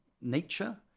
nature